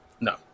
No